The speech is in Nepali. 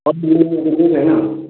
केही छैन